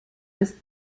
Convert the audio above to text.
ist